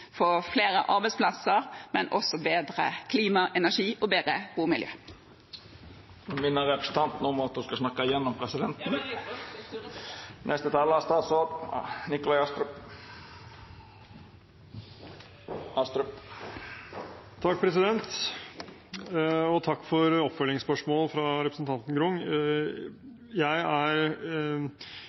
få flere arbeidsplasser, og også bli bedre på klima og energi og få et bedre bomiljø? Takk for oppfølgingsspørsmålet fra representanten Grung. Jeg er